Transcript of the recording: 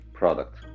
product